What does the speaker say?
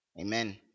amen